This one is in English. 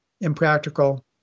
impractical